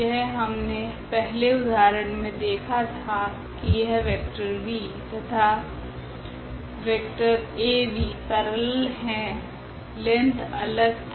यह हमने पहले उदाहरण मे देखा था की यह वेक्टर v तथा वेक्टर Av पेरेलल है लेंथ अलग था